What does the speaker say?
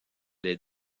les